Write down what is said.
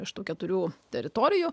iš tų keturių teritorijų